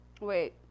Wait